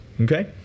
Okay